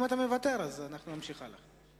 אם אתה מוותר אנחנו נמשיך הלאה.